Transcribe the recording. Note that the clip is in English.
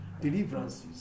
deliverances